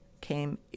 came